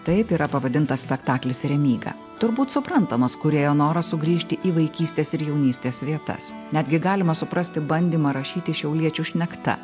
taip yra pavadintas spektaklis remyga turbūt suprantamas kūrėjo noras sugrįžti į vaikystės ir jaunystės vietas netgi galima suprasti bandymą rašyti šiauliečių šnekta